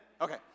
Okay